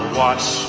watch